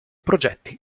progetti